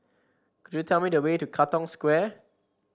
could you tell me the way to Katong Square